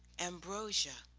ambrosia,